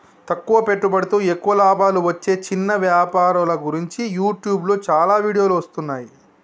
తక్కువ పెట్టుబడితో ఎక్కువ లాభాలు వచ్చే చిన్న వ్యాపారుల గురించి యూట్యూబ్లో చాలా వీడియోలు వస్తున్నాయి